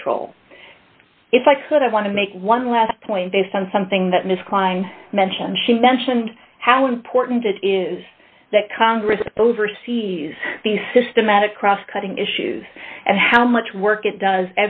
control if i could i want to make one last point based on something that ms klein mentioned she mentioned how important it is that congress oversees the systematic cross cutting issues and how much work it does